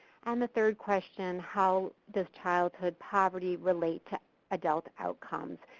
and the third question how does childhood poverty relate to adult outcomes?